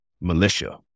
militia